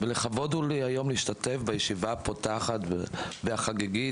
ולכבוד הוא לי היום להשתתף בישיבה הפותחת והחגיגית